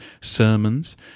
sermons